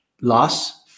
loss